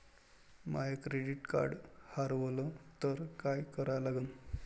माय credit card हारवलं तर काय करा लागन?